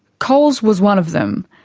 coles was one of them.